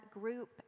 group